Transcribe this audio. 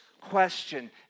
question